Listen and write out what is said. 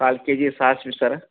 ಕಾಲು KG ಸಾಸಿವೆ sir